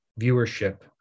viewership